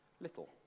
little